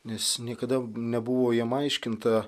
nes niekada nebuvo jiem aiškinta